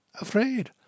afraid